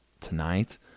tonight